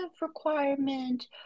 requirement